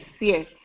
yes